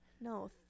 No